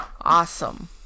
Awesome